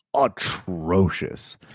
atrocious